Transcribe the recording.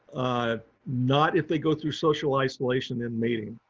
ah not if they go through social isolation and mating.